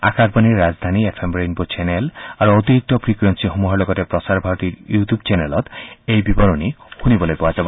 আকাশবাণীৰ ৰাজধানী F M ৰেইনৰ চেনেল আৰু অতিৰিক্ত ফ্ৰিকুৱেগীসমূহৰ লগতে প্ৰচাৰ ভাৰতীৰ ইউটিউব চেনেলত এই বিৱৰণী শুনিবলৈ পোাৱা যাব